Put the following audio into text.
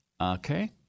Okay